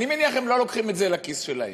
אני מניח שהם לא לוקחים את זה לכיס שלהם,